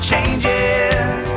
Changes